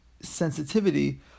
sensitivity